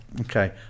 Okay